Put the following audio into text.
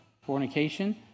Fornication